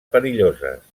perilloses